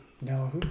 no